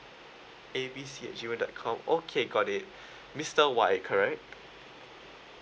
A B X at G mail dot com okay got it mister Y correct